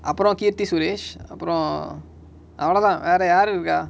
அப்ரோ:apro keerthisuresh அப்ரோ அவளோதா வேர யாரு இருக்கா:apro avalotha vera yaaru iruka